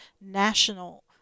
national